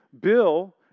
Bill